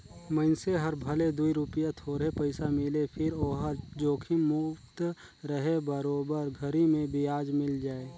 मइनसे हर भले दूई रूपिया थोरहे पइसा मिले फिर ओहर जोखिम मुक्त रहें बरोबर घरी मे बियाज मिल जाय